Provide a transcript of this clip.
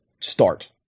start